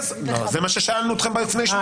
לא, זה מה ששאלנו אתכם לפני שנייה.